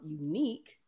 unique